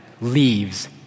leaves